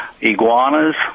iguanas